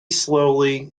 slowly